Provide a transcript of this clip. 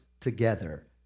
together